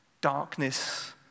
darkness